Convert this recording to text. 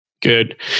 Good